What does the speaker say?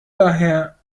daher